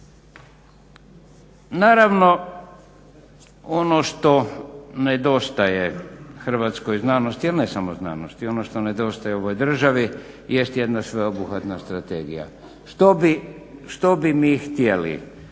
Naravno ono što nedostaje hrvatskoj znanosti, a ne samo znanosti, ono što nedostaje ovoj državi jest jedna sveobuhvatna strategija. Što bi mi htjeli,